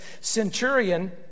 centurion